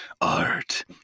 art